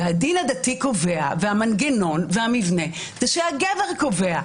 והדין הדתי קובע והמנגנון והמבנה הוא שהגבר קובע,